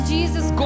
Jesus